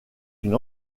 une